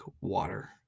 water